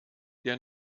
der